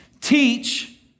Teach